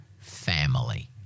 family